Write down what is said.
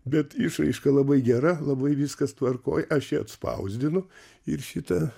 bet išraiška labai gera labai viskas tvarkoj aš ją atspausdinu ir šita